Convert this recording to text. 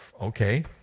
Okay